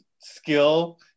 skill